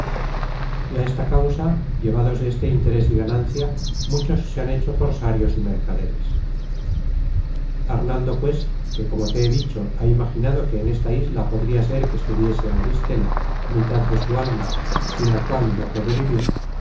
y á esta causa llevados de este interes y ganancia muchos se han hecho cosarios y mercaderes arnaldo pues que como te he dicho ha imaginado que en esta isla podria ser que estuviese auristela mitad de su alma sin la cual no puede vivir